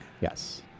yes